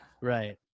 Right